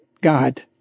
God